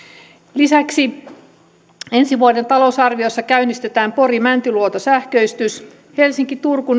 lisäksi ensi vuoden talousarviossa käynnistetään pori mäntyluoto sähköistys helsinki turku